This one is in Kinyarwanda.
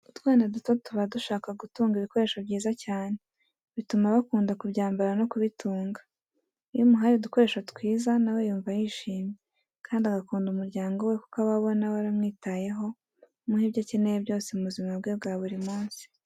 Utwana duto tuba dushaka gutunga ibikoresho byiza cyane, bituma bakunda kubyambara no kubitunga. Iyo umuhaye udukoresho twiza nawe yumva yishimye kandi agakunda umuryango we kuko aba abona waramwitayeho umuha ibyo akeneye byose mu buzima bwe bwa buri munsi.